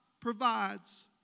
provides